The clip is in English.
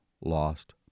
lost